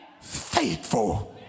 faithful